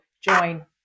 join